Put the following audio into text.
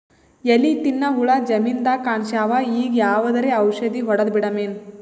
ಎಲಿ ತಿನ್ನ ಹುಳ ಜಮೀನದಾಗ ಕಾಣಸ್ಯಾವ, ಈಗ ಯಾವದರೆ ಔಷಧಿ ಹೋಡದಬಿಡಮೇನ?